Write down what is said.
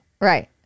right